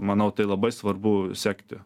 manau tai labai svarbu sekti